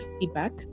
feedback